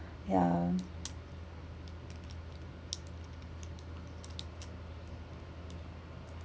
ya